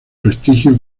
prestigio